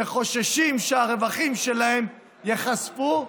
שחוששים שהרווחים שלהם ייחשפו,